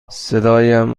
صدایم